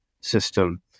system